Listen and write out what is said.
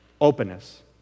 openness